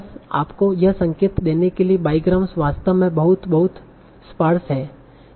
बस आपको यह संकेत देने के लिए कि बाईग्राम वास्तव में बहुत बहुत स्पारस हैं